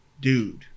dude